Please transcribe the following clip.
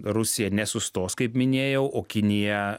rusija nesustos kaip minėjau o kinija